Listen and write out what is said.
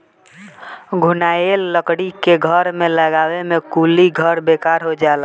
घुनाएल लकड़ी के घर में लगावे से कुली घर बेकार हो जाला